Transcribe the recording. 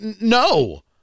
No